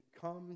come